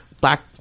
black